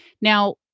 Now